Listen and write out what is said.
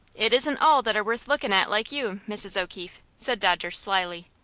it isn't all that are worth looking at like you, mrs. o'keefe, said dodger, slyly.